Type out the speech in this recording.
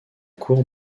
cour